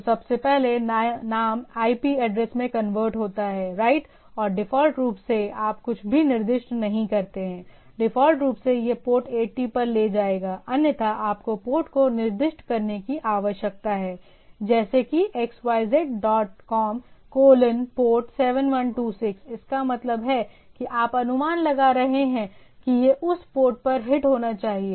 तो सबसे पहले नाम IP एड्रेस में कन्वर्ट होता है राइट और डिफ़ॉल्ट रूप से आप कुछ भी निर्दिष्ट नहीं करते हैं डिफ़ॉल्ट रूप से यह पोर्ट 80 पर ले जाएगा अन्यथा आपको पोर्ट को निर्दिष्ट करने की आवश्यकता है जैसे किxyz डॉट कॉम कोलन पोर्ट 7126 इसका मतलब है कि आप अनुमान लगा रहे हैं कि यह उस पोर्ट पर हिट होना चाहिए